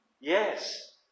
Yes